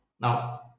Now